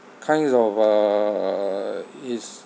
kind of uh is